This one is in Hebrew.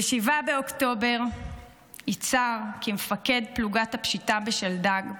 ב-7 באוקטובר יצהר, כמפקד פלוגת הפשיטה בשלדג,